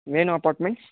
మేనో apartments